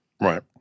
Right